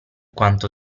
quanto